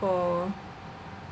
for